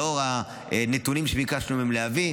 לאור הנתונים שביקשנו מהם להביא,